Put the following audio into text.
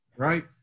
Right